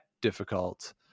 difficult